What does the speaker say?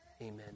amen